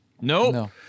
No